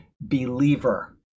believer